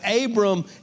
Abram